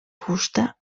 fusta